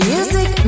Music